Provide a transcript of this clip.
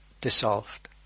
dissolved